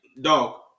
dog